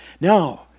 Now